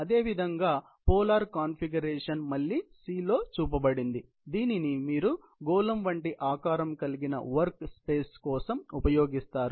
అదేవిధంగా polar configuration మళ్ళీ C లో చూపబడింది దీనిని మీరు గోళం వంటి ఆకారం కలిగిన వర్క్ స్పేస్ కోసం ఉపయోగిస్తారు